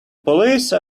police